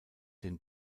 den